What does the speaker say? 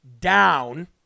down